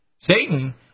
Satan